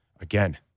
again